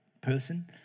person